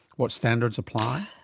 what standards apply?